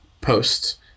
post